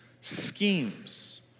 schemes